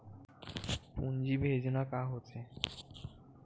पूंजी भेजना का होथे?